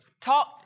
Talk